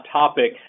topic